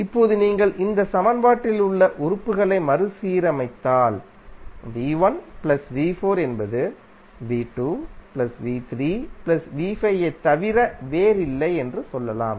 இப்போது நீங்கள் இந்த சமன்பாட்டில் உள்ள உறுப்புகளை மறுசீரமைத்தால் v1 v4என்பது v2 v3 v5ஐத்தவிர வேறில்லைஎன்று சொல்லலாம்